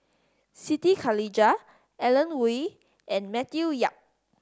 Siti Khalijah Alan Oei and Matthew Yap